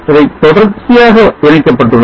அதை தொடர்ச்சியாக இணைக்கப்பட்டுள்ளன